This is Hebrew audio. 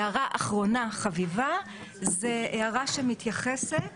הערה אחרונה חביבה זה הערה שמתייחסת